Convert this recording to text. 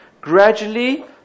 gradually